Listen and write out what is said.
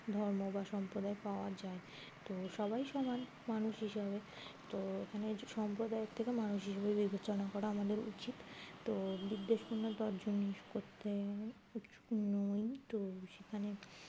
ধর্ম বা সম্প্রদায় পাওয়া যায় তো সবাই সমান মানুষ হিসাবে তো এখানে সম্প্রদায়ের থেকে মানুষ হিসোবে বিবেচনা করা আমাদের উচিত তো বিদ্বেষ পূণ্য ত অর্জন করতেু নই তো সেখানে